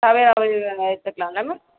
டவேராவே எடுத்துக்கலாம்ல மேம்